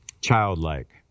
childlike